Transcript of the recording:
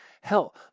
hell